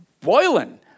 boiling